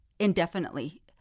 indefinitely